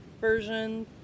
version